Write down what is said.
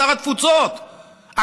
שר התפוצות,